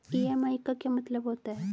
EMI का क्या मतलब होता है?